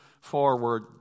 forward